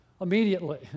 Immediately